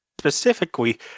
Specifically